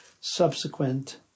subsequent